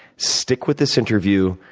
stick with this interview.